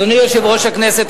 אדוני יושב-ראש הכנסת,